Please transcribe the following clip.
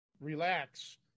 relax